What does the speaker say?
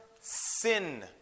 sin